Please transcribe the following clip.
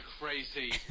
crazy